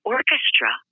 Orchestra